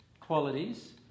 qualities